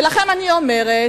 ולכם אני אומרת